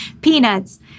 peanuts